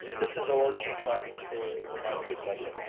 this is olg funds for the marketing budget.